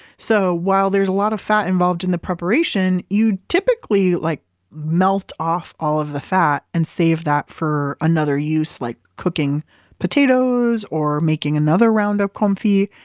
so while there's a lot of fat involved in the preparation you typically like melt off all of the fat and save that for another use like cooking potatoes or making another round of comfit.